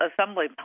assembly